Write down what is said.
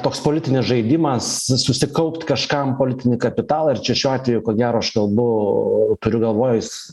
toks politinis žaidimas susikaupt kažkam politinį kapitalą ir čia šiuo atveju ko gero aš kalbu turiu galvoj